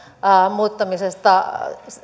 muuttamista